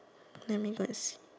let me go and